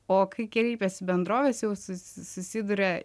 o kai kreipiasi bendrovės jau su susiduria